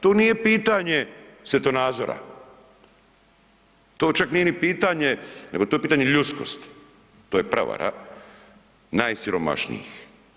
Tu nije pitanje svjetonazora, to čak nije ni pitanje nego je to pitanje ljudskosti, to je prevara najsiromašnijih.